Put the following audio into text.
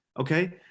Okay